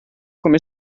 come